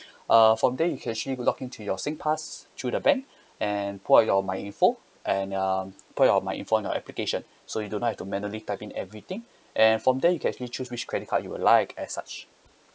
uh from here you there you can actually log in to your singpass through the bank and put all your my info and um put your my info on your application so you do not have to manually type in everything and from there you can actually choose which credit card you would like and such